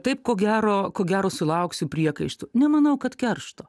taip ko gero ko gero sulauksiu priekaištų nemanau kad keršto